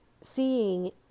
seeing